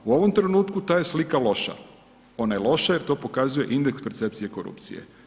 U ovom trenutku ta je slika loša. ona je loša jer to pokazuje indeks percepcije korupcije.